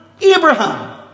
Abraham